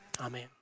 Amen